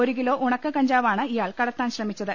ഒരു കിലോ ഉണക്ക കഞ്ചാവാണ് ഇയാൾ കടത്താൻ ശ്രമിച്ചത്